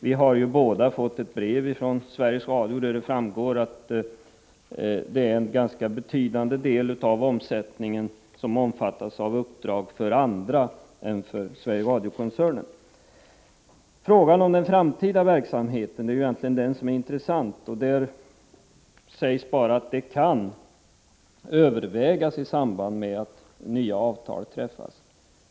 Vi har ju båda fått ett brev från Sveriges Radio av vilket framgår att en ganska betydande del av omsättningen omfattas av uppdrag för andra än SR-koncernen. Frågan om den framtida verksamheten är egentligen den som är intressant. Där sägs bara att detta kan övervägas i samband med att nya avtal träffas.